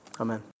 Amen